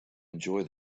enjoy